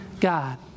God